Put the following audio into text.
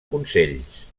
consells